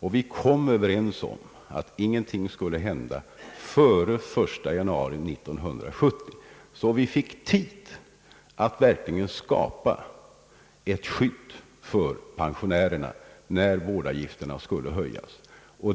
och vi kom överens om att ingenting skulle hända före den 1 januari 1970 så att vi fick tid att skapa ett skydd för pensionärerna när vårdavgifterna skulle höjas.